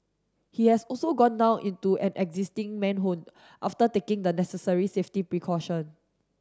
he has also gone down into an existing manhole after taking the necessary safety precaution